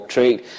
Trade